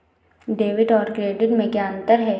Debit और credit में क्या अंतर है?